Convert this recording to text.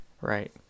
right